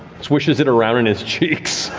swishes it around in his cheeks.